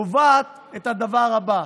קובעת את הדבר הבא: